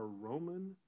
Roman